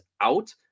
out